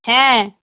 হ্যাঁ